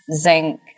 zinc